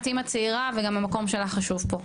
את אמא צעירה וגם המקום שלך חשוב פה,